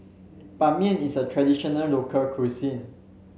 Ban Mian is a traditional local cuisine